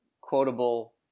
quotable